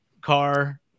car